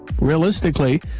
realistically